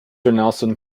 nelson